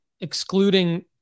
excluding